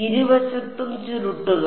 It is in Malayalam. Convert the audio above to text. ഇരുവശത്തും ചുരുട്ടുക